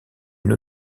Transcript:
une